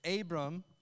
Abram